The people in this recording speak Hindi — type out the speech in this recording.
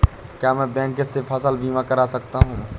क्या मैं बैंक से फसल बीमा करा सकता हूँ?